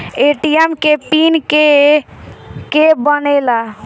ATM के PIN के के बनेला?